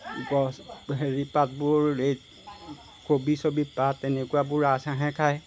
গছ হেৰি পাতবোৰ এই কবি চবি পাত তেনেকুৱাবোৰ ৰাজহাঁহে খায়